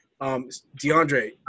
DeAndre